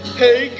hey